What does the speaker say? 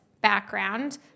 background